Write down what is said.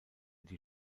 die